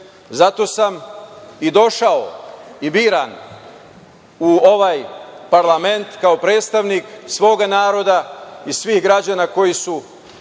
zato sam došao i biran u ovaj parlament kao predstavnik svoga naroda i svih građana koji su